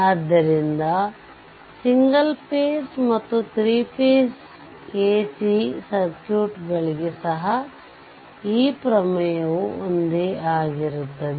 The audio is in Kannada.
ಆದ್ದರಿಂದ ಸಿಂಗಲ್ ಫೇಸ್ ಮತ್ತು 3 ಫೇಸ್ AC ಸರ್ಕ್ಯೂಟ್ಗಳಿಗೆ ಸಹ ಈ ಪ್ರಮೇಯವು ಒಂದೇ ಆಗಿರುತ್ತದೆ